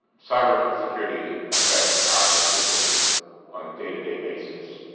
cybersecurity affects our constituents on a day-to-day basis.